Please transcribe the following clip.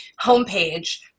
homepage